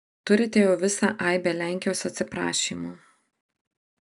turite jau visą aibę lenkijos atsiprašymų